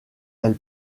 elle